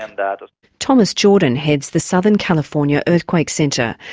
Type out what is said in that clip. and but thomas jordan heads the southern california earthquake centre.